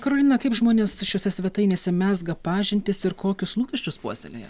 karolina kaip žmonės šiose svetainėse mezga pažintis ir kokius lūkesčius puoselėja